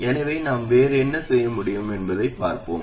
எனவே நாம் வேறு என்ன செய்ய முடியும் என்பதைப் பார்ப்போம்